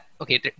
okay